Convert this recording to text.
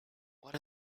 what